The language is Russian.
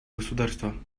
государства